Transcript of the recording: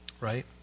Right